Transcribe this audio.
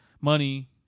Money